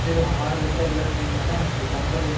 नहीं तो हमारा तो इतना बजट नहीं है ना तो कम करो